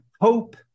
hope